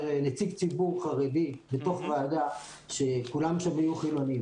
כנציג ציבור חרדי בתוך ועדה שכולם שם היו חילונים.